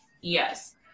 Yes